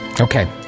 Okay